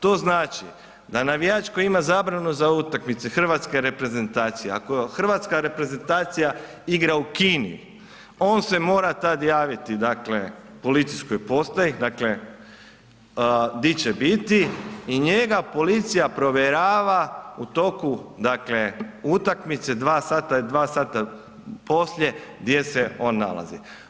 To znači da navijač koji ima zabranu za utakmice hrvatske reprezentacije, ako hrvatska reprezentacija igra u Kini on se mora tad javiti policijskoj postaji, dakle di će biti i njega policija provjerava u toku utakmice 2 sata i 2 sata poslije gdje se on nalazi.